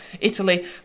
Italy